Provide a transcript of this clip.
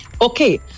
Okay